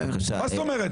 מה זאת אומרת?